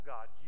God